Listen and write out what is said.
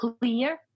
clear